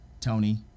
tony